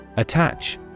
Attach